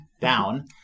down